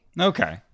Okay